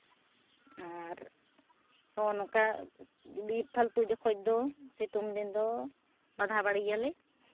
ᱟᱨ ᱱᱚᱜᱼᱚ ᱱᱚᱝᱠᱟ ᱯᱷᱟᱞᱛᱩ ᱡᱚᱠᱷᱚᱡ ᱫᱚ ᱥᱤᱛᱩᱜ ᱫᱤᱱ ᱫᱚ ᱵᱟᱫᱷᱟ ᱵᱟᱹᱲᱤᱭᱟᱞᱮ